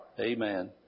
Amen